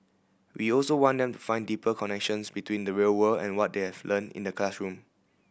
we also want them find deeper connections between the real world and what they have learn in the classroom